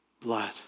blood